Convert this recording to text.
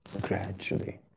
gradually